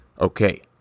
Okay